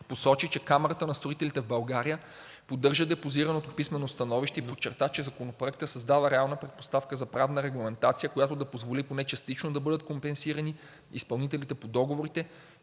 посочи, че Камарата на строителите в България поддържа депозираното писмено становище и подчерта, че Законопроектът създава реална предпоставка за правна регламентация, която да позволи поне частично да бъдат компенсирани изпълнителите на договорите,